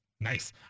nice